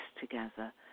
together